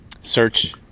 search